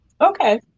okay